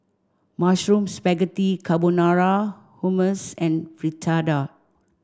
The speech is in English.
Mushroom Spaghetti Carbonara Hummus and Fritada